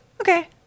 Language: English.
okay